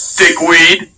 dickweed